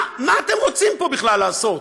מה אתם רוצים פה בכלל לעשות?